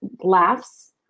laughs